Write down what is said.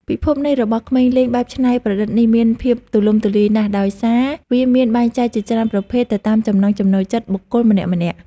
ពិភពនៃរបស់ក្មេងលេងបែបច្នៃប្រឌិតនេះមានភាពទូលំទូលាយណាស់ដោយសារវាមានបែងចែកជាច្រើនប្រភេទទៅតាមចំណង់ចំណូលចិត្តបុគ្គលម្នាក់ៗ។